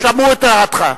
שמעו את הערתך.